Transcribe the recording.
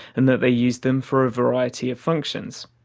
and that they used them for a variety of functions.